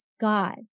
God